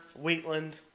Wheatland